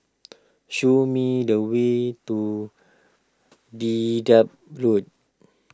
show me the way to Dedap Road